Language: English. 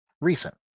recent